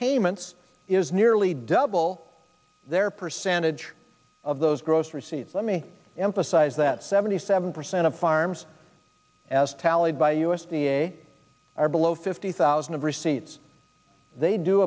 payments is nearly double their percentage of those gross receipts let me emphasize that seventy seven percent of farms as tallied by u s d a are below fifty thousand of receipts they do